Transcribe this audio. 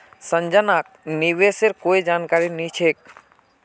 संजनाक निवेशेर कोई जानकारी नी छेक